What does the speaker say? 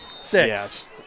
six